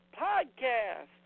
podcast